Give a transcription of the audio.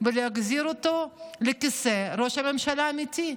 ולהחזיר אותו לכיסא ראש הממשלה האמיתי,